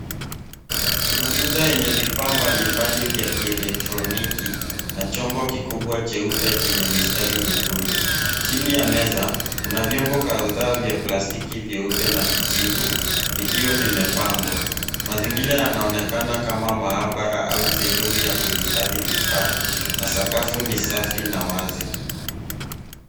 Kuna meza yenye vifaa mbali mbali vya kielektroniki na chombo kikubwa cheupe chenye mistari nyekundu chini ya meza kuna vyombo kadhaa vya plastki vyeupe na kijivu vikiwa vimepangwa mazingira yanaonekana kama mahabara au sehemu ya kuhifadhi vifaa na sakafu ni safi na wazi.